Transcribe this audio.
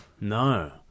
no